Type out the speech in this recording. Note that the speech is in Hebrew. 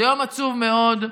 זה יום עצוב מאוד,